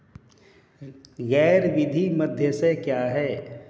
गैर वित्तीय मध्यस्थ क्या हैं?